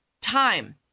time